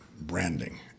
branding